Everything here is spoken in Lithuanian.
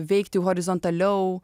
veikti horizontaliau